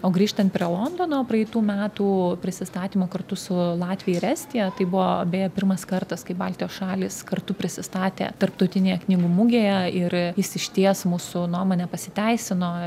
o grįžtant prie londono praeitų metų prisistatymo kartu su latvija ir estija tai buvo beje pirmas kartas kai baltijos šalys kartu prisistatė tarptautinėje knygų mugėje ir jis išties mūsų nuomone pasiteisino